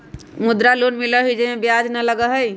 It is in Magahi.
मुद्रा लोन मिलहई जे में ब्याज न लगहई?